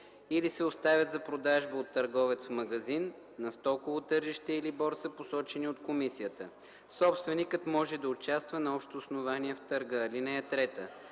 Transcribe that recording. или се оставят за продажба от търговец в магазин, на стоково тържище или борса, посочени от комисията. Собственикът може да участва на общо основание в търга. (3)